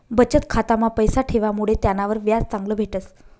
बचत खाता मा पैसा ठेवामुडे त्यानावर व्याज चांगलं भेटस